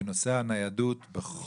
כי נושא הניידות הוא זוועת עולם,